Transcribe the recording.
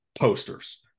posters